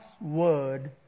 Word